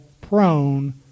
prone